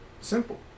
Simple